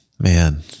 man